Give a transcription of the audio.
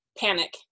panic